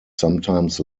sometimes